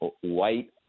white